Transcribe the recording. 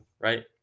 right